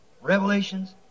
Revelations